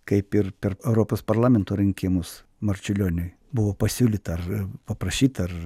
kaip ir per europos parlamento rinkimus marčiulioniui buvo pasiūlyta ar paprašyta ar